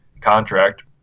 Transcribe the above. contract